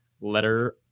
letter